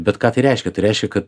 bet ką tai reiškia tai reiškia kad